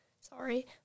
Sorry